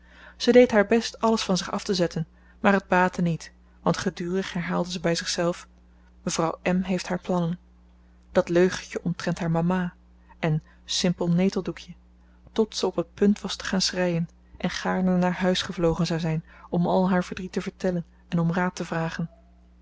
ze deed haar best alles van zich af te zetten maar het baatte niet want gedurig herhaalde ze bij zichzelf mevrouw m heeft haar plannen dat leugentje omtrent haar mama en simpel neteldoekje tot ze op het punt was te gaan schreien en gaarne naar huis gevlogen zou zijn om al haar verdriet te vertellen en om raad te vragen